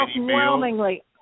overwhelmingly